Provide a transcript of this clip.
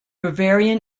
bavarian